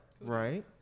Right